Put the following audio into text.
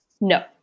No